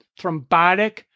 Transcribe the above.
thrombotic